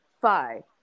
Five